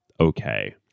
okay